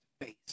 face